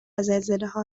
زلزلهها